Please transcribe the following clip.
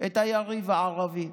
את היריב הערבי,